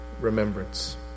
remembrance